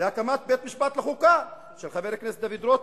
להקמת בית-משפט לחוקה, של חבר הכנסת דוד רותם,